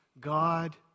God